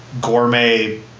gourmet